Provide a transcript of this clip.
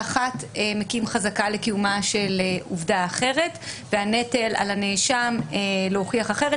אחת מקים חזקה לקיומה של עובדה אחרת והנטל על הנאשם להוכיח אחרת.